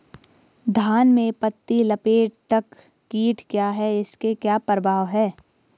धान में पत्ती लपेटक कीट क्या है इसके क्या प्रभाव हैं?